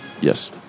Yes